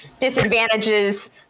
disadvantages